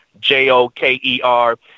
J-O-K-E-R